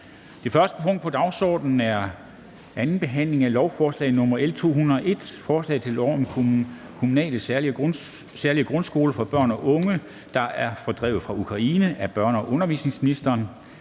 Det første punkt på dagsordenen er: 1) 2. behandling af lovforslag nr. L 201: Forslag til lov om kommunale særlige grundskoler for børn og unge, der er fordrevet fra Ukraine. Af børne- og undervisningsministeren